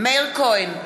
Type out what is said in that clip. מאיר כהן,